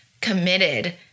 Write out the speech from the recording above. committed